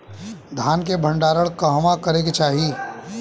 धान के भण्डारण कहवा करे के चाही?